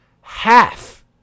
half